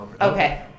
Okay